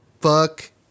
Fuck